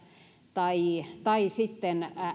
tai tai sitten